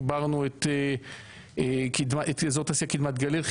חיברנו את אזור תעשייה קדמת גליל,